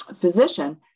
physician